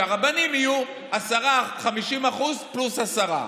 שהרבנים יהיו 50% פלוס עשרה.